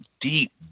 deep